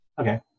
Okay